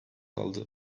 aldı